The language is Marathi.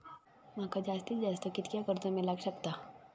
माका जास्तीत जास्त कितक्या कर्ज मेलाक शकता?